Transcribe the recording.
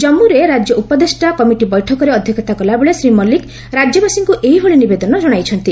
ଜାମ୍ମୁରେ ରାଜ୍ୟ ଉପଦେଷ୍ଟା କମିଟି ବୈଠକରେ ଅଧ୍ୟକ୍ଷତା କଲାବେଳେ ଶ୍ରୀ ମଲ୍ଲିକ ରାଜ୍ୟବାସୀଙ୍କୁ ଏଭଳି ନିବେଦନ ଜଣାଇଛନ୍ତି